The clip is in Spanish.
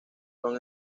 son